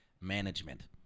management